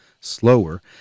slower